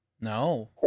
No